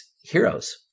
heroes